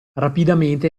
rapidamente